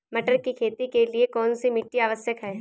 मटर की खेती के लिए कौन सी मिट्टी आवश्यक है?